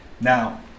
now